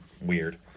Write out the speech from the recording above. weird